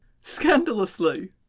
scandalously